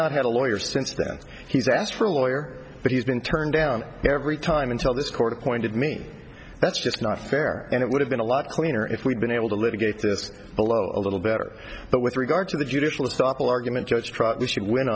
not had a lawyer since then he's asked for a lawyer but he's been turned down every time until this court appointed me that's just not fair and it would have been a lot cleaner if we'd been able to litigate this below a little better but with regard to the judicial